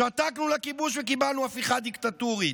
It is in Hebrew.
שתקנו לכיבוש וקיבלנו הפיכה דיקטטורית,